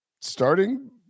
starting